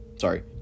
sorry